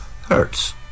Hertz